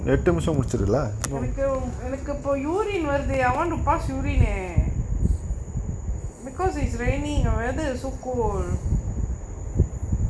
எனக்கு எனக்கு இப்ப:enaku enaku ippa urine வருது:varuthu I want pass urine uh because it's raining or whether so cold